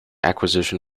acquisition